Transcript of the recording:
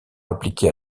appliquée